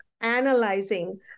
analyzing